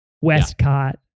Westcott